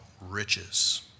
riches